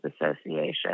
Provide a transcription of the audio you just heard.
Association